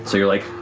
so you're like